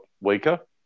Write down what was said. weaker